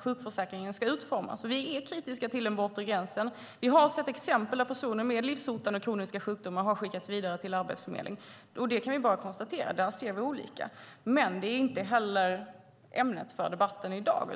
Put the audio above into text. sjukförsäkringen ska utformas. Vi är kritiska till den bortre gränsen. Vi har sett exempel på hur personer med livshotande och kroniska sjukdomar har skickats vidare till Arbetsförmedlingen. Jag kan bara konstatera att där har vi olika syn. Men detta är inte ämnet för debatten i dag.